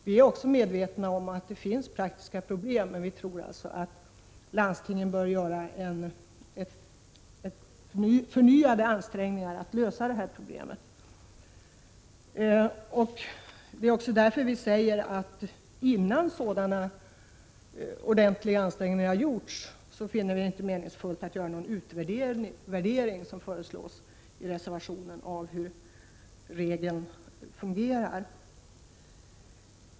Vi är också medvetna om att det finns praktiska problem, men landstingen bör göra förnyade ansträngningar för att lösa dessa problem. Innan sådana ordentliga ansträngningar har gjorts finner vi det inte meningsfullt att göra någon utvärdering på det sätt som föreslås i reservationen.